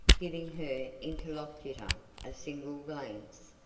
giving her interlocutor a single glance,